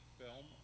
film